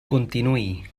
continuï